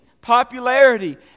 popularity